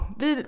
vi